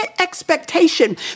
expectation